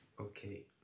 Okay